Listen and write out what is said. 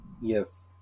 Yes